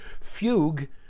fugue